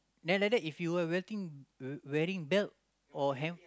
then like that if you were welting wearing belt or hand